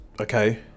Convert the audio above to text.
okay